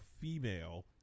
female